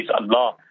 Allah